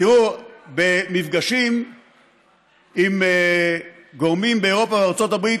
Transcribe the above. תראו, במפגשים עם גורמים באירופה ובארצות הברית